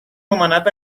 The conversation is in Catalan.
nomenat